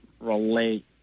relate